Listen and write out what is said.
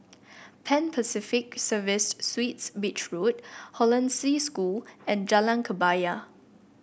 Pan Pacific Serviced Suites Beach Road Hollandse School and Jalan Kebaya